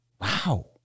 wow